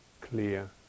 clear